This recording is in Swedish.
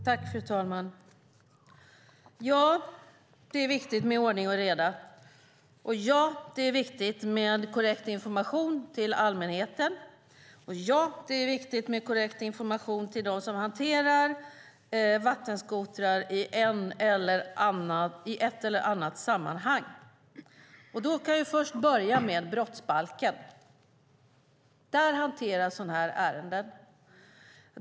Fru talman! Ja, det är viktigt med ordning och reda. Ja, det är viktigt med korrekt information till allmänheten. Och ja, det är viktigt med korrekt information till dem som hanterar vattenskotrar i ett eller annat sammanhang. Vi kan börja med brottsbalken. Där hanteras sådana ärenden.